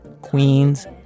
Queens